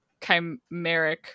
chimeric